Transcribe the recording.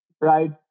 right